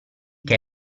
che